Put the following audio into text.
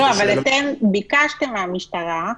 לא, אבל אתם ביקשתם מהמשטרה,